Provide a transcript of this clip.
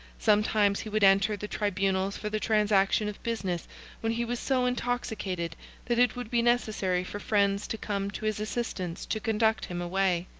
sometimes he would enter the tribunals for the transaction of business when he was so intoxicated that it would be necessary for friends to come to his assistance to conduct him away.